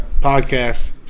podcast